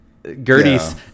Gertie's